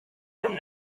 from